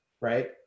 right